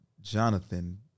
Jonathan